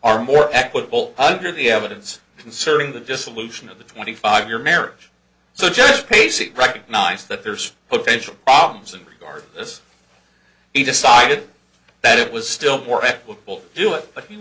are more equitable under the evidence concerning the dissolution of the twenty five year marriage so just basically recognize that there's potential problems and regardless he decided that it was still more equitable do it